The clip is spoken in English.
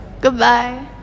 goodbye